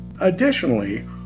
Additionally